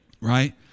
Right